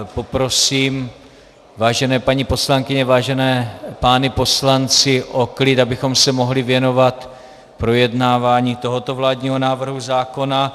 Poprosím vážené paní poslankyně, vážené pány poslance o klid, abychom se mohli věnovat projednávání tohoto vládního návrhu zákona.